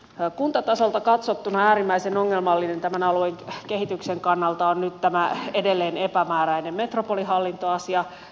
kuntatasolta katsottuna äärimmäisen ongelmallinen tämän alueen kehityksen kannalta on nyt tämä edelleen epämääräinen metropolihallintoasia